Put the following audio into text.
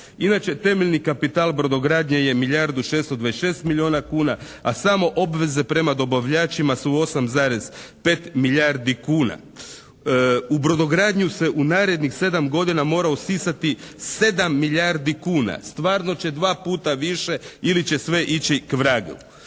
Inače temeljni kapital brodogradnje je milijardu 626 milijuna kuna, a samo obveze prema dobavljačima su 8,5 milijardi kuna. U brodogradnju se u narednih 7 godina mora usisati 7 milijardi kuna. Stvarno će dva puta više ili će sve ići k vragu.